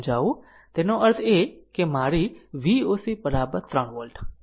તેનો અર્થ એ કે મારી V o c 3 વોલ્ટ